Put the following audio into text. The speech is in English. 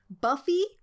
Buffy